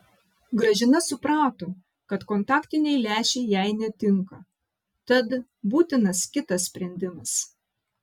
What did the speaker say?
gražina suprato kad kontaktiniai lęšiai jai netinka tad būtinas kitas sprendimas